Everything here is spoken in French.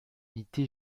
unité